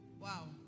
Wow